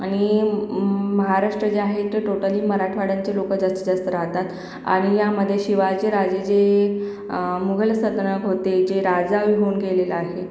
आणि महाराष्ट्र जे आहे ते टोटली मराठवाड्यात जे लोकं जास्तीत जास्त राहतात आणि ह्यामध्ये शिवाजीराजे जे मुघल सदनक होते जे राजा होऊन गेलेला आहे